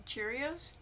Cheerios